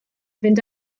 fynd